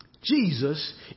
Jesus